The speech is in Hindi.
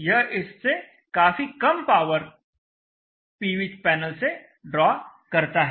यह इससे काफी कम पावर पीवी पैनल से ड्रॉ करता है